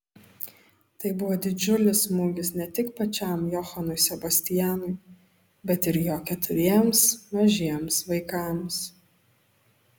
tai buvo didžiulis smūgis ne tik pačiam johanui sebastianui bet ir jo keturiems mažiems vaikams